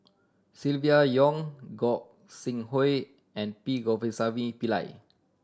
Silvia Yong Gog Sing Hooi and P Govindasamy Pillai